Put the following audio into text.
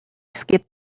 skip